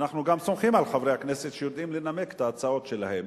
ואנחנו גם סומכים על חברי הכנסת שהם יודעים לנמק את ההצעות שלהם.